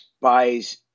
buys